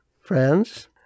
friends